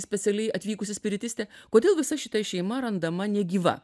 specialiai atvykusi spiritistė kodėl visa šita šeima randama negyva